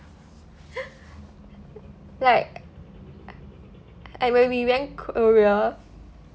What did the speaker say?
like and when we went korea